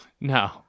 No